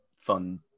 Fun